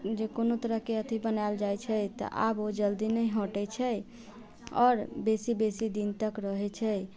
जे कोनो तरहके अथि बनाइल जाइ छै तऽ आब ओ जल्दी नहि हटै छै आओर बेसी बेसी दिन तक रहै छै